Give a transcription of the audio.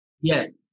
Yes